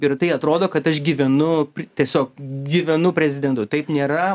ir tai atrodo kad aš gyvenu tiesiog gyvenu prezidentu taip nėra